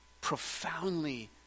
profoundly